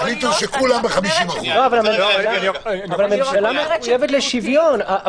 אבל הממשלה מחויבת לשוויון.